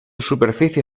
superficie